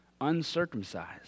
uncircumcised